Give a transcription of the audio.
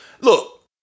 Look